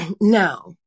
Now